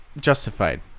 Justified